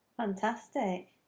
Fantastic